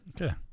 Okay